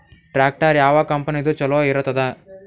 Tractor ಯಾವ ಕಂಪನಿದು ಚಲೋ ಇರತದ?